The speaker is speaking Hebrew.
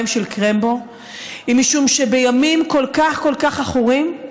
של קרמבו היא שבימים כל כך כל כך עכורים,